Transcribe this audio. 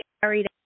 carried